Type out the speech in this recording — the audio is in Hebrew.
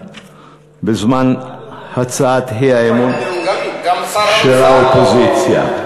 בזמן הצעת האי-אמון של האופוזיציה.